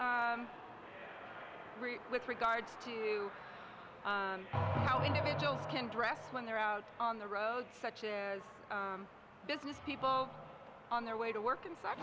with regards to how individuals can dress when they're out on the road such as businesspeople on their way to work inside